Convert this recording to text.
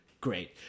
great